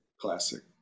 Classic